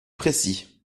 précis